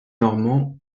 normands